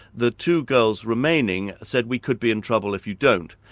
the two girls remaining said, we could be in trouble if you don't.